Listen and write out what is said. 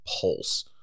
pulse